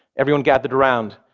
everyone gathered around,